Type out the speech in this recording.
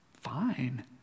fine